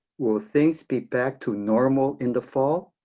will things be back to normal in the fall?